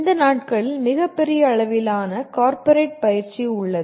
இந்த நாட்களில் மிகப்பெரிய அளவிலான கார்ப்பரேட் பயிற்சி உள்ளது